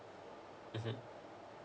mmhmm